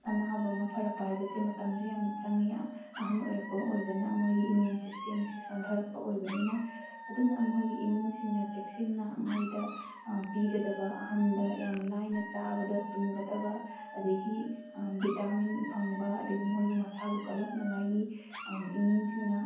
ꯑꯅꯥꯕ ꯑꯃ ꯐꯔꯛꯄ ꯍꯥꯏꯕꯁꯦ ꯃꯇꯝꯁꯨ ꯌꯥꯝꯅ ꯆꯪꯏ ꯑꯍꯟ ꯑꯣꯏꯔꯛꯄ ꯑꯣꯏꯕꯅ ꯃꯣꯏꯒꯤ ꯏꯃꯤꯌꯨꯟ ꯁꯤꯁꯇꯦꯝꯁꯤ ꯁꯣꯟꯊꯔꯛꯄ ꯑꯣꯏꯕꯅꯤꯅ ꯑꯗꯨꯅ ꯃꯈꯣꯏꯒꯤ ꯏꯃꯨꯡꯁꯤꯡꯅ ꯆꯦꯛꯁꯤꯟꯅ ꯃꯈꯣꯏꯗ ꯄꯤꯒꯗꯕ ꯑꯍꯟꯗ ꯌꯥꯝ ꯂꯥꯏꯅ ꯆꯥꯕꯗ ꯇꯨꯝꯒꯗꯕ ꯑꯗꯨꯗꯒꯤ ꯚꯤꯇꯥꯃꯤꯟ ꯐꯪꯕ ꯑꯗꯨꯗꯒꯤ ꯃꯣꯏꯕꯨ ꯃꯁꯥꯕꯨ ꯀꯂꯛꯅꯉꯥꯏꯒꯤ ꯏꯃꯨꯡꯁꯤꯡꯅ